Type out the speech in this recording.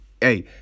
Hey